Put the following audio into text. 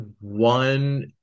one